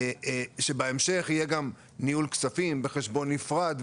בהמשך יהיה גם ניהול כספים בחשבון נפרד,